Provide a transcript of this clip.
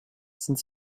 sind